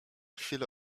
chwilę